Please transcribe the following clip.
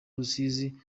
rusizi